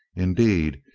indeed,